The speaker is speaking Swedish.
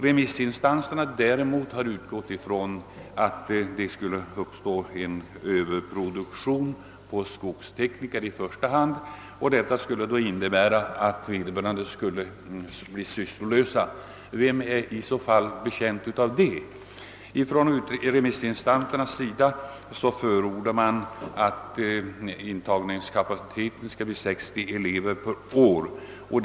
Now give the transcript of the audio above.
Remissinstanserna däremot har utgått ifrån att det då skulle uppstå en överproduktion av skogstekniker i första hand, och det skulle innebära att vederbörande skulle bli sysslolösa, och vem är betjänt av det? Ifrån remissinstansernas sida förordar man att intagningskapaciteten skall bli 60 elever per år.